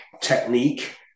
technique